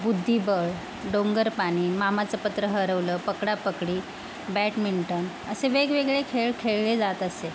बुद्धिबळ डोंगर पाणी मामाचं पत्र हरवलं पकडापकडी बॅटमिंटन असे वेगवेगळे खेळ खेळले जात असे